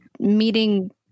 meeting